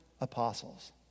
apostles